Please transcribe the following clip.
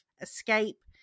escape